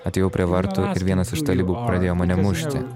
atėjau prie vartų ir vienas iš talibų pradėjo mane mušti